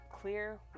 clear